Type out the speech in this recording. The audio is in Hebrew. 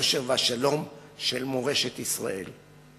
היושר והשלום של מורשת ישראל.